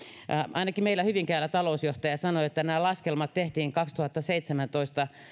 ainakin meillä hyvinkäällä talousjohtaja sanoi että nämä laskelmat tehtiin kaksituhattaseitsemäntoista